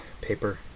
Paper